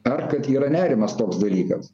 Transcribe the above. ar kad yra nerimas toks dalykas